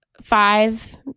five